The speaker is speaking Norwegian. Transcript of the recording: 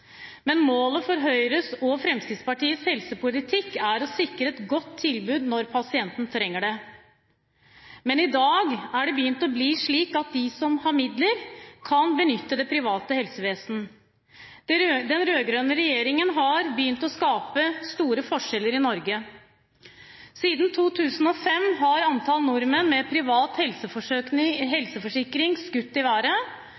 Målet for Høyres og Fremskrittspartiets helsepolitikk er å sikre et godt tilbud når pasienten trenger det. I dag har det begynt å bli slik at de som har midler, kan benytte det private helsevesen. Den rød-grønne regjeringen har begynt å skape store forskjeller i Norge. Siden 2005 har antall nordmenn med privat